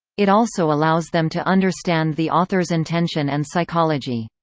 it also allows them to understand the author's intention and psychology.